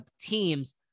teams